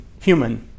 human